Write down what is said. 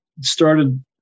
started –